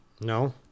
No